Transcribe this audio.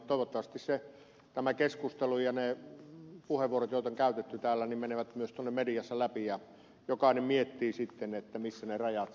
toivottavasti tämä keskustelu ja ne puheenvuorot joita on käytetty täällä menevät myös tuolla mediassa läpi ja jokainen miettii sitten missä ne rajat vastaan tulevat